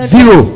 Zero